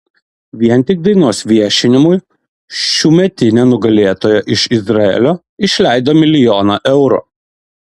vien tik dainos viešinimui šiųmetinė nugalėtoja iš izraelio išleido milijoną eurų